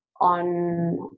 on